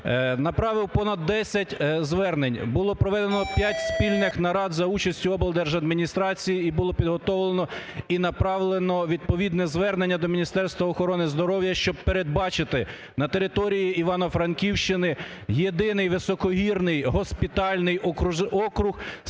направив понад 10 звернень, було проведено 5 спільних нарад за участю облдержадміністрацій і було підготовлено і направлено відповідне звернення до Міністерства охорони здоров'я, щоб передбачити на території Івано-Франківщини єдиний високогірний госпітальний округ